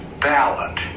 ballot